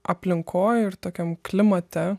aplinkoj ir tokiam klimate